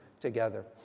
together